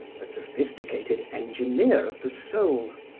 a sophisticated engineer of the soul,